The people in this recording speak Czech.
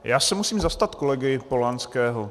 Já se musím zastat kolegy Polanského.